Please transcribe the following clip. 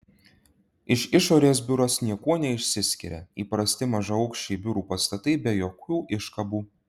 iš išorės biuras niekuo neišsiskiria įprasti mažaaukščiai biurų pastatai be jokių iškabų